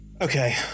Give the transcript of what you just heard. Okay